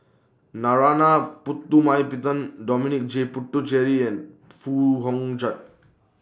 Narana Putumaippittan Dominic J Puthucheary and Foo Hong